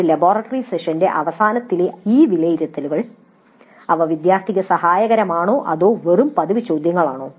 ഒരു ലബോറട്ടറി സെഷന്റെ അവസാനത്തിലെ ഈ വിലയിരുത്തലുകൾ അവ വിദ്യാർത്ഥികൾക്ക് സഹായകരമാണോ അതോ അവ വെറും പതിവ് ചോദ്യങ്ങളാണോ